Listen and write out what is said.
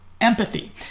empathy